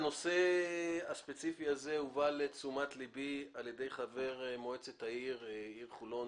הנושא הספציפי הזה הובא לתשומת לבי על ידי חבר מועצת העיר חולון,